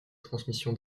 transmission